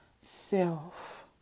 self